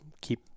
keep